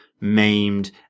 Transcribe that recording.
maimed